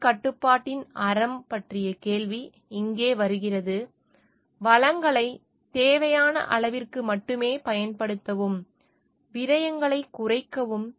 சுயகட்டுப்பாட்டின் அறம் பற்றிய கேள்வி இங்கே வருகிறது வளங்களைத் தேவையான அளவிற்கு மட்டுமே பயன்படுத்தவும் விரயங்களைக் குறைக்கவும்